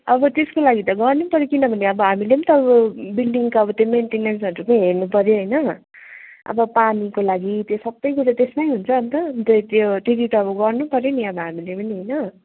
अब त्यसको लागि त गर्नैपऱ्यो किनभने अब हामीले नि त ऊ बिल्डिङको अब त्यो मेन्टेनेन्सहरू पनि हेर्नुपर्यो हैन अब पानीको लागि त्यो सबै कुरो त्यसमै हुन्छ अनि त त्यो त्यति त अब गर्नैपर्यो नि अब हामीले पनि होइन